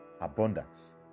abundance